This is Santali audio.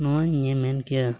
ᱱᱚᱣᱟ ᱤᱧᱤᱧ ᱢᱮᱱ ᱠᱮᱭᱟ